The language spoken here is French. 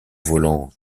volant